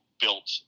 built